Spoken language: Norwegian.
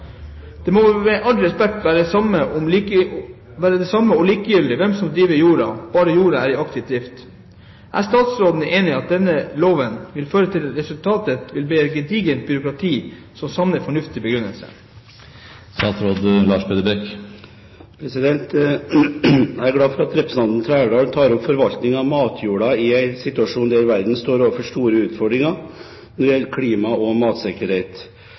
Det må vel med all respekt være det samme og likegyldig hvem som driver jorda, bare jorda er i aktiv drift. Er statsråden enig i at denne loven vil føre til at resultatet vil bli et gedigent byråkrati, som savner fornuftig begrunnelse?» Jeg er glad for at representanten Trældal tar opp forvaltningen av matjorda i en situasjon der verden står overfor store utfordringer når det gjelder klima og